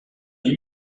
wie